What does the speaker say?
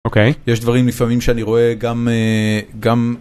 אוקיי. יש דברים לפעמים שאני רואה גם... גם...